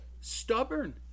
Stubborn